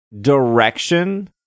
direction